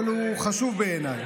אבל הוא חשוב בעיניי.